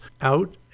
out